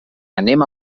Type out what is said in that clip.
anem